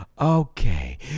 Okay